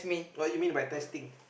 what you mean by testing